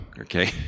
Okay